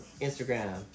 Instagram